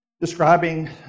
describing